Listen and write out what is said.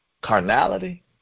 carnality